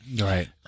Right